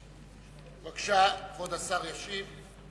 בבקשה, כבוד השר ישיב.